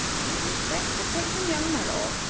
it is best to take them young, my lord,